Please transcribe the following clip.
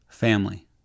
family